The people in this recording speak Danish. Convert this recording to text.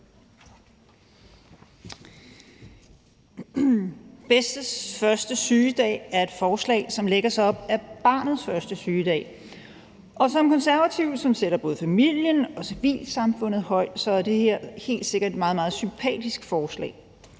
bedstes første sygedag lægger sig op ad barnets første sygedag. Og som konservativ, der sætter både familien og civilsamfundet højt, er det her helt sikkert et meget, meget sympatisk forslag,